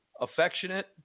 affectionate